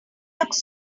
looks